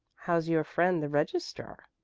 how's your friend the registrar?